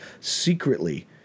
secretly